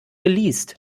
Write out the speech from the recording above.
geleast